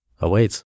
awaits